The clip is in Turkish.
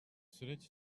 süreç